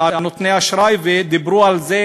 נתוני אשראי, ודיברו על זה.